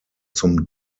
zum